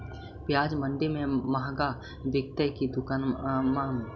प्याज मंडि में मँहगा बिकते कि दुकान में?